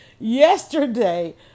Yesterday